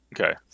Okay